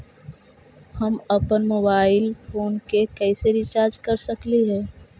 हम अप्पन mobile phone के कैसे रिचार्ज कर सकली हे?